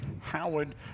Howard